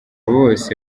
bose